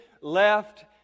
left